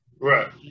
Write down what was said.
Right